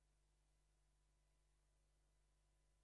אותי, וגם